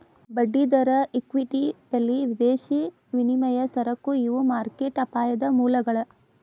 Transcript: ಬಡ್ಡಿದರ ಇಕ್ವಿಟಿ ಬೆಲಿ ವಿದೇಶಿ ವಿನಿಮಯ ಸರಕು ಇವು ಮಾರ್ಕೆಟ್ ಅಪಾಯದ ಮೂಲಗಳ